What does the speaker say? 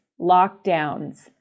lockdowns